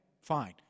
fine